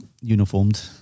Uniformed